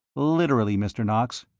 literally, mr. knox.